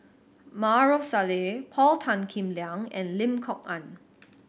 Maarof Salleh Paul Tan Kim Liang and Lim Kok Ann